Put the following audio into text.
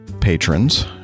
patrons